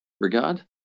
regard